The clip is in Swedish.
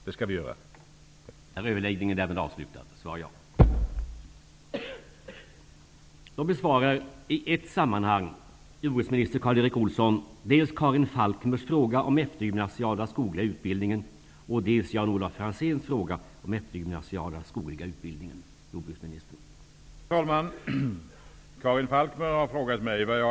Det skall vi göra nu också.